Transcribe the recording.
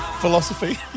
Philosophy